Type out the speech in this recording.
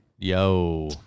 yo